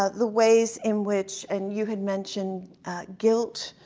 ah the ways in which and you had mentioned guilt,